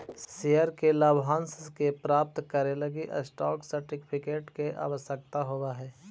share के लाभांश के प्राप्त करे लगी स्टॉप सर्टिफिकेट के आवश्यकता होवऽ हइ